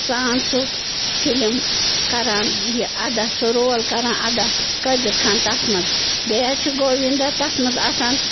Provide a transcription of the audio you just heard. سان سُہ فِلم کَران یہِ اَدا سُہ رول کَران اَدا قٲدِر خان تَتھ منٛز بیٚیہِ حظ چھُ گووینٛدا تَتھ منٛز آسان